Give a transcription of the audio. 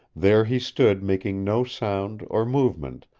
there he stood making no sound or movement,